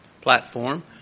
platform